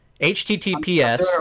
HTTPS